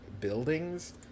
buildings